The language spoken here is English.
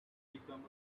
become